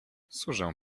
służę